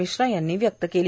मिश्रा यांनी व्यक्त केली